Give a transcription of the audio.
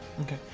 Okay